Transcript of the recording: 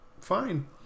Fine